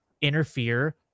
interfere